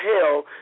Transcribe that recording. hell